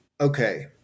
Okay